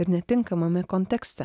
ir netinkamame kontekste